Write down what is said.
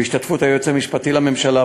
בהשתתפות היועץ המשפטי לממשלה,